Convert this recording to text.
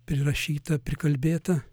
prirašyta prikalbėta